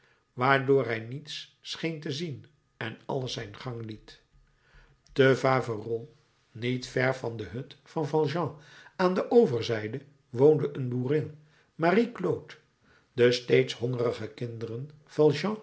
waardoor hij niets scheen te zien en alles zijn gang liet gaan te faverolles niet ver van de hut van valjean aan de overzijde woonde een boerin marie claude de steeds hongerige kinderen